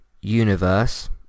universe